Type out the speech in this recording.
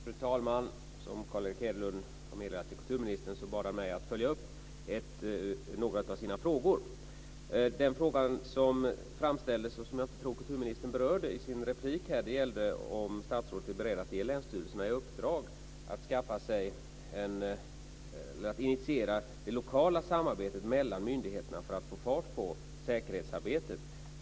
Fru talman! Som Carl Erik Hedlund har meddelat kulturministern bad han mig att följa upp några av sina frågor. Den fråga som framställdes och som jag inte tror att kulturministern berörde i sitt inlägg gällde om statsrådet är beredd att ge länsstyrelserna i uppdrag att initiera det lokala samarbetet mellan myndigheterna för att få fart på säkerhetsarbetet.